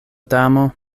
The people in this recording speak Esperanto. damo